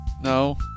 no